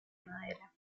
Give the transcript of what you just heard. madera